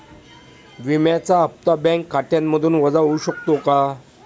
विम्याचा हप्ता बँक खात्यामधून वजा होऊ शकतो का?